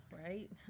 right